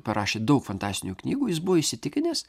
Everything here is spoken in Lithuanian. parašė daug fantastinių knygų jis buvo įsitikinęs